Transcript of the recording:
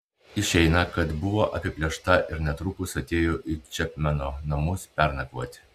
išeina kad buvo apiplėšta ir netrukus atėjo į čepmeno namus pernakvoti